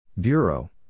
Bureau